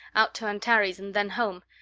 out to antares and then home,